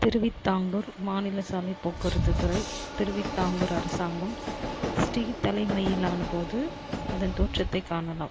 திருவிதாங்கூர் மாநில சாலைப் போக்குவரத்துத் துறை திருவிதாங்கூர் அரசாங்கம் ஸ்ரீ தலைமையிலானபோது அதன் தோற்றத்தைக் காணலாம்